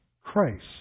Christ